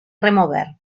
remover